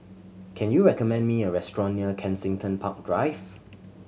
can you recommend me a restaurant near Kensington Park Drive